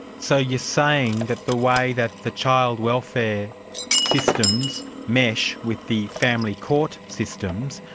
so you're saying that the way that the child welfare systems mesh with the family court systems,